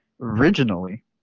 originally